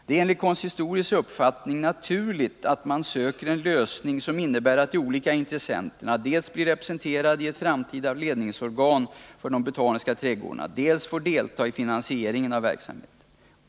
Det är enligt konsistoriets uppfattning naturligt att man söker en lösning som innebär att de olika intressenterna dels blir representerade i ett framtida ledningsorgan för de botaniska trädgårdarna, dels får delta i finansieringen av verksamheten.